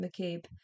McCabe